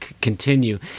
continue